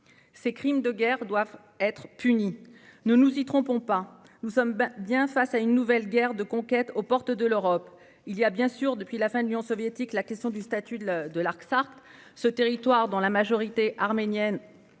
Ces crimes de guerre doivent être punis. Ne nous y trompons pas : nous sommes bien face à une nouvelle guerre de conquête aux portes de l'Europe. Bien sûr, depuis la chute de l'Union soviétique, se pose la question du statut de la région de l'Artsakh, territoire dont la majorité arménienne